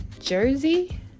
Jersey